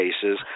cases